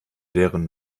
deren